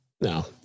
No